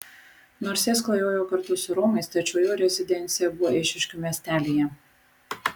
nors jis klajojo kartu su romais tačiau jo rezidencija buvo eišiškių miestelyje